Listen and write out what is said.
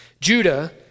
Judah